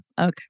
Okay